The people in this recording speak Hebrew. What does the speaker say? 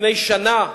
לפני שנה.